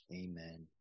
Amen